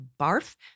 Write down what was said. barf